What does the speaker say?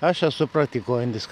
aš esu praktikuojantis